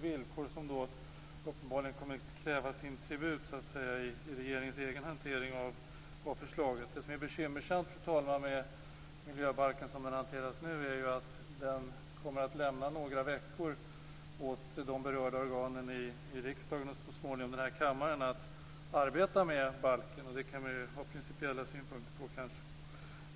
Det är villkor som uppenbarligen kommer att kräva sin tribut i regeringens egen hantering av förslaget. Vad som är bekymmersamt, fru talman, med miljöbalken som den nu hanteras är att det kommer att lämnas bara några veckor åt de berörda organen i riksdagen och så småningom i kammaren att arbeta med balken. Det kan man kanske ha principiella synpunkter